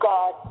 God